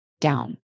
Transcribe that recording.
down